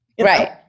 Right